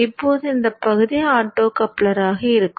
இப்போது இந்த பகுதி ஆப்டோகப்ளராக இருக்கும்